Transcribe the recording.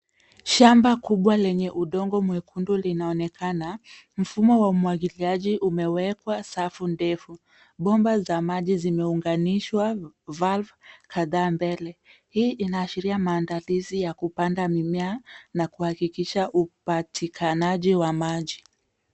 Shamba kubwa lenye udongo mwekundu linaonekana. Mfumo wa umwagiliaji umewekwa safu ndefu. Bomba za maji zimeunganishwa valve kadhaa mbele. Hii inaashiria maandalizi ya kupanda mimea na kuhakikisha upatikanaji wa maji.